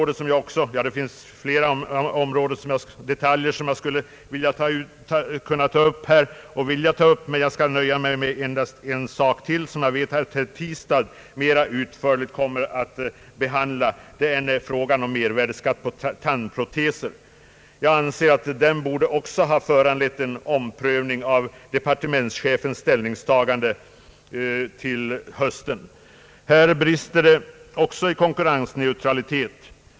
Det är flera detaljer som jag skulle vilja ta upp, men jag skall nöja mig med att beröra endast en sak till, som jag vet att herr Tistad kommer att behandla mera utförlig. Det är frågan om mervärdeskatt på tandproteser. Jag anser att denna fråga också borde ha föranlett en omprövning till hösten av departementschefens <=: ställningstagande. Här brister det också i konkurrensneutralitet.